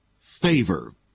favor